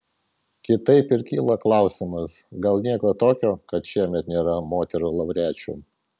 kitaip ir kyla klausimas gal nieko tokio kad šiemet nėra moterų laureačių